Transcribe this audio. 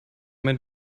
man